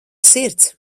sirds